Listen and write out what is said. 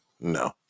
no